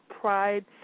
pride